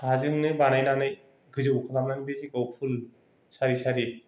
हाजोंनो बानायनानै गोजौ खालामनानै बे जायगायाव फुल सारि सारि